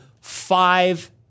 five